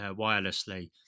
wirelessly